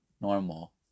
normal